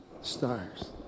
stars